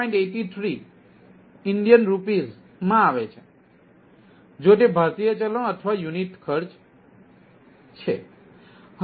83 INR આવે છે જો તે ભારતીય ચલણ અથવા યુનિટ ખર્ચ છે